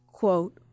quote